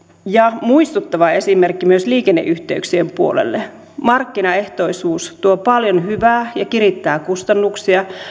ja muistuttava esimerkki myös liikenneyhteyksien puolelle markkinaehtoisuus tuo paljon hyvää ja kirittää kustannuksia